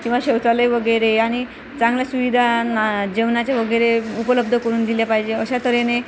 किंवा शौचालय वगैरे आणि चांगल्या सुविधा जेवणाचे वगैरे उपलब्ध करून दिल्या पाहिजे अशा तऱ्हेने